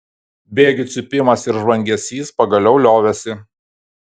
bėgių cypimas ir žvangesys pagaliau liovėsi